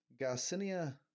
Garcinia